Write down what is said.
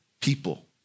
people